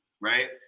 right